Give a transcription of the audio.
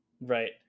Right